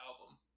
album